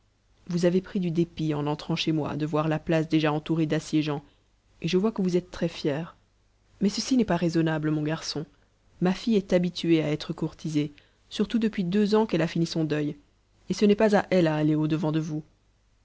vous avez pris du dépit en entrant chez moi de voir la place déjà entourée d'assiégeants et je vois que vous êtes très fier mais ceci n'est pas raisonnable mon garçon ma fille est habituée à être courtisée surtout depuis deux ans qu'elle a fini son deuil et ce n'est pas à elle à aller au-devant de vous